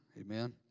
Amen